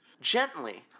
Gently